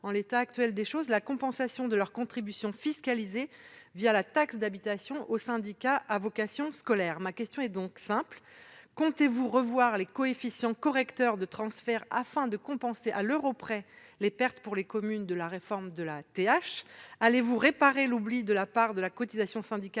l'état actuel des choses, la compensation de leur contribution fiscalisée la taxe d'habitation au syndicat intercommunal à vocation scolaire. Ma question est donc simple : le Gouvernement compte-t-il revoir les coefficients correcteurs de transfert afin de compenser à l'euro près les pertes pour les communes de la réforme de la taxe d'habitation ? Va-t-il réparer l'oubli de la part de la cotisation syndicale